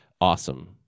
awesome